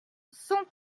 cent